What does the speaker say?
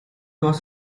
was